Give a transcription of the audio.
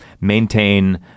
maintain